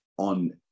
on